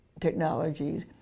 technologies